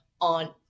on